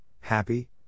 happy